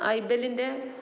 ഐബെലിൻ്റെ